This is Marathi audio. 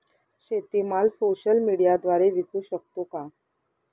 शेतीमाल सोशल मीडियाद्वारे विकू शकतो का?